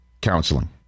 counseling